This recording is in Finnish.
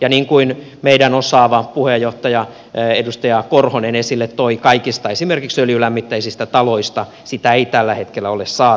ja niin kuin meidän osaava puheenjohtajamme edustaja korhonen esille toi kaikista esimerkiksi öljylämmitteisistä taloista sitä ei tällä hetkellä ole saatavissa